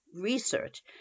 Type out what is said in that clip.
Research